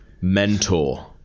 Mentor